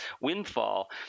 windfall